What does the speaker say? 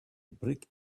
brick